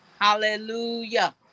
Hallelujah